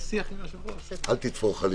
תודה רבה.